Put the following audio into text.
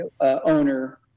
owner